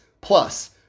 Plus